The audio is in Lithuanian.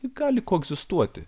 ji gali koegzistuoti